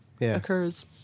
occurs